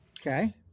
Okay